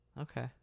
okay